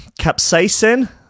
capsaicin